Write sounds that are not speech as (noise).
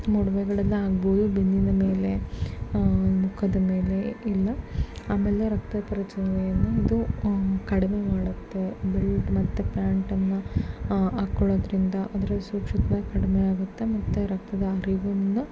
ಮೊಡವೆಗಳೆಲ್ಲ ಆಗ್ಬೋದು ಬೆನ್ನಿನ ಮೇಲೆ ಮುಖದ ಮೇಲೆ ಎಲ್ಲ ಆಮೇಲೆ ರಕ್ತ ಪರಿಚಲನೆಯನ್ನು ಅದು ಕಡಿಮೆ ಮಾಡುತ್ತೆ ಬೆಲ್ಟ್ ಮತ್ತು ಪ್ಯಾಂಟನ್ನು ಹಾಕೊಳೋದ್ರಿಂದ ಅದರ (unintelligible) ಕಡಿಮೆ ಆಗುತ್ತೆ ಮತ್ತು ರಕ್ತದ ಹರಿವನ್ನ